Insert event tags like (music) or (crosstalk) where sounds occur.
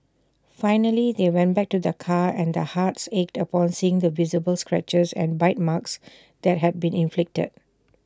finally they went back to their car and their hearts ached upon seeing the visible scratches and bite marks (noise) that had been inflicted